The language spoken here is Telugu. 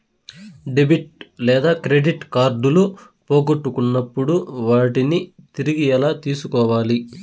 డెబిట్ లేదా క్రెడిట్ కార్డులు పోగొట్టుకున్నప్పుడు వాటిని తిరిగి ఎలా తీసుకోవాలి